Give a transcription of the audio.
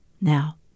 Now